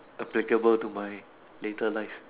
applicable to my later life